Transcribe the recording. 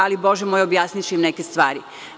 Ali, bože moj, objasniću im neke stvari.